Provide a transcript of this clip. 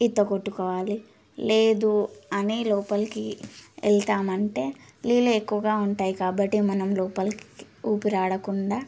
ఈత కొట్టుకోవాలి లేదు అని లోపలికి వెళ్తామంటే నీళ్ళు ఎక్కువగా ఉంటాయి కాబట్టి మనం లోపలికి ఊపిరాడకుండా